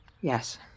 Yes